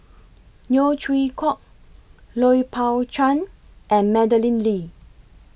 Neo Chwee Kok Lui Pao Chuen and Madeleine Lee